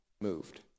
moved